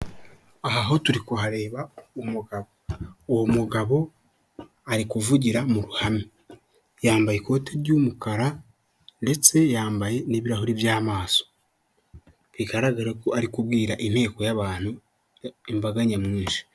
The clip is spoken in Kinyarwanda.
Aha ho turi kuhareba umugabo, uwo mugabo ari kuvugira mu ruhame yambaye ikoti ry'umukara ndetse yambaye n'ibirahuri by'amaso bigaragara ko ari kubwira inteko y'abantu imbaga nyamwinshi.